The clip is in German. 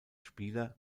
spieler